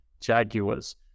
jaguars